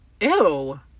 Ew